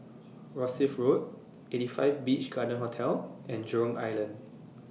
Rosyth Road eighty five Beach Garden Hotel and Jurong Island